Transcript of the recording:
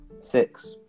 Six